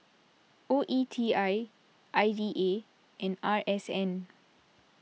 O E T I I D A and R S N